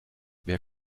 wer